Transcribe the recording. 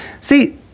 See